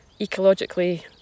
ecologically